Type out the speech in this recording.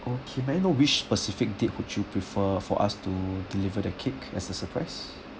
okay may I know which specific date would you prefer for us to deliver the cake as a surprise